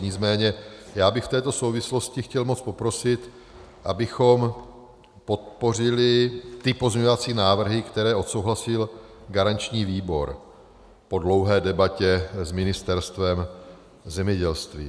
Nicméně já bych v této souvislosti chtěl moc poprosit, abychom podpořili ty pozměňovací návrhy, které odsouhlasil garanční výbor po dlouhé debatě s Ministerstvem zemědělství.